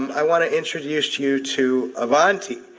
i wanna introduce you to avanti.